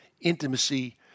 intimacy